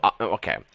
Okay